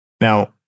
Now